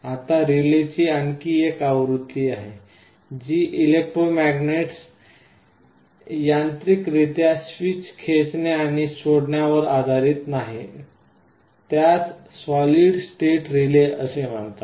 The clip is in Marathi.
आता रिलेची आणखी एक आवृत्ती आहे जी इलेक्ट्रोमॅग्नेट्स यांत्रिक रित्या स्विच खेचणे आणि सोडण्यावर आधारित नाही त्यास सॉलिड स्टेट रिले असे म्हणतात